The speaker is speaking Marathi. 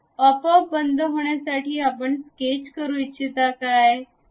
आपोआप बंद होण्यासाठी आपण स्केच करू इच्छिता काय